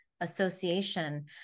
association